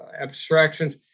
abstractions